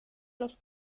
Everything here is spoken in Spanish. los